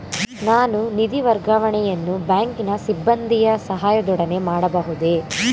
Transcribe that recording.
ನಾನು ನಿಧಿ ವರ್ಗಾವಣೆಯನ್ನು ಬ್ಯಾಂಕಿನ ಸಿಬ್ಬಂದಿಯ ಸಹಾಯದೊಡನೆ ಮಾಡಬಹುದೇ?